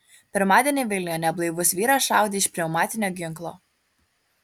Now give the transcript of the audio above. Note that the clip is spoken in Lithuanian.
pirmadienį vilniuje neblaivus vyras šaudė iš pneumatinio ginklo